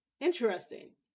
interesting